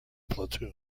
platoon